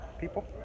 People